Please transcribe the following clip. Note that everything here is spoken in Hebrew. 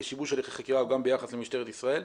שיבוש הליכי חקירה הוא גם ביחס למשטרת ישראל.